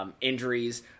Injuries